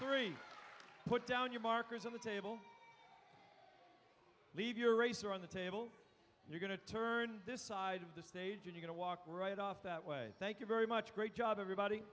three put down your markers on the table leave your race are on the table you're going to turn this side of the stage and you can walk right off that way thank you very much great job everybody